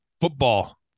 football